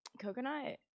Coconut